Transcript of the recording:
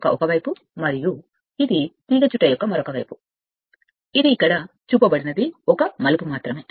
యొక్క ఒక వైపు మరియు ఇది తీగచుట్ట యొక్క మరొక వైపు అది చూపబడిన ఒక మలుపు మాత్రమే